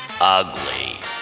Ugly